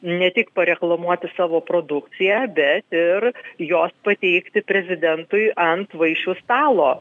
ne tik pareklamuoti savo produkciją bet ir jos pateikti prezidentui ant vaišių stalo